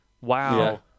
wow